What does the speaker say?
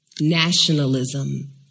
Nationalism